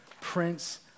Prince